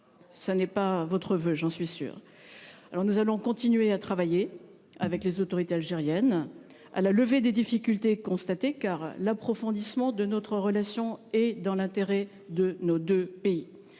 Ce n'est pas votre voeu, j'en suis sûre. Nous continuerons de travailler avec les autorités algériennes à la levée des difficultés constatées, car l'approfondissement de notre relation est dans l'intérêt de nos deux pays.